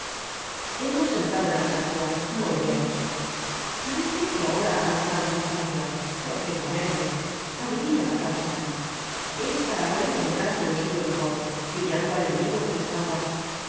hemos entrado en alsacia muy bien parece que ahora abandonamos alsacia perfectamente adivino la causa es para volver á entrar por un sitio mejor pillando al enemigo por la espalda